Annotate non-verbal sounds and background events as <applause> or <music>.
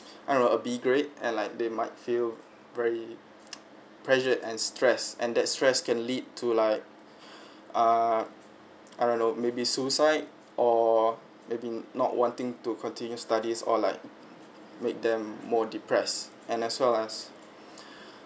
I don't know a B grade and like they might feel very pressured and stress and that stress can lead to like ah I don't know maybe suicide or maybe not wanting to continue studies or like make them more depress and as well as <breath>